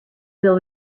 build